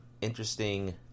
interesting